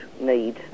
need